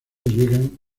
llegan